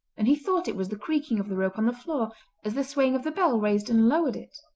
and he thought it was the creaking of the rope on the floor as the swaying of the bell raised and lowered it.